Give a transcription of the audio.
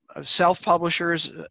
self-publishers